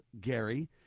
gary